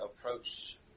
approach